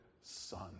son